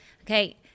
Okay